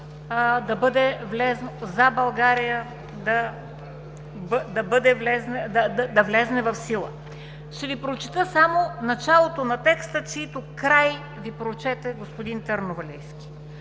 …„БСП за България“ да влезе в сила. Ще Ви прочета само началото на текста, чийто край Ви прочете господин Търновалийски: